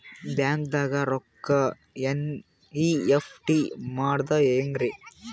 ಬ್ಯಾಂಕ್ದಾಗ ರೊಕ್ಕ ಎನ್.ಇ.ಎಫ್.ಟಿ ಮಾಡದ ಹೆಂಗ್ರಿ?